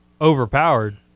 overpowered